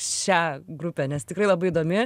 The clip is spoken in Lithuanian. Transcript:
šią grupę nes tikrai labai įdomi